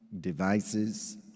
devices